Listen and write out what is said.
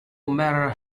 matter